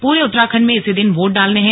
पूरे उत्तराखंड में इसी दिन वोट डलने हैं